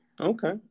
Okay